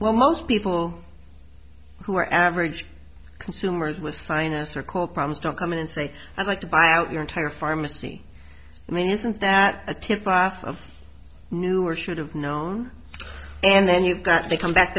well most people who are average consumers with sinus recall problems don't come in and say i'd like to buy out your entire pharmacy i mean isn't that a tip off of knew or should have known and then you've got to come back